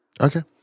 Okay